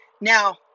Now